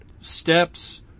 steps